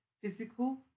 physical